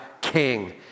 King